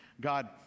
God